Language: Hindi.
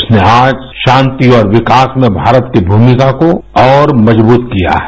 उसने आज शांति और विकास में भूमिका को और मजब्रत किया है